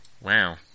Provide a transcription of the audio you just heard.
Wow